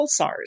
pulsars